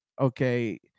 okay